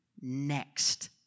next